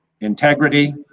integrity